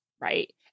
right